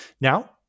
Now